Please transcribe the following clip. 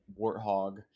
warthog